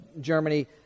Germany